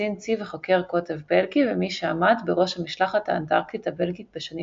קצין צי וחוקר קוטב בלגי ומי שעמד בראש המשלחת האנטארקטית הבלגית בשנים